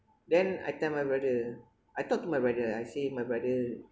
then I tell my brother I talk to my brother I say my brother